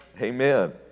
Amen